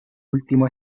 último